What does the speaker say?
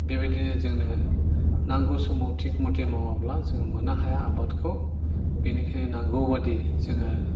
बेबायदिनो जोंनो नांगौ समाव थिग मथे मावाब्ला जों मोननो हाया आबादखौ बेनिखायनो नांगौबादि जोङो